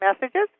messages